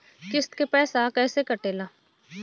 किस्त के पैसा कैसे कटेला?